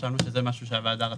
חשבנו שזה משהו שהוועדה רצתה.